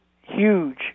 huge